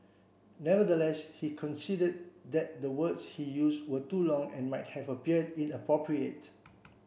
nevertheless he conceded that the words he use were too long and might have appeared inappropriate